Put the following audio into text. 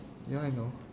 ya I know